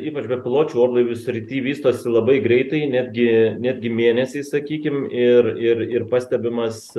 ypač bepiločių orlaivių srity vystosi labai greitai netgi netgi mėnesiais sakykim ir ir ir pastebimas